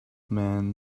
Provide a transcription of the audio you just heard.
man